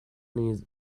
نیز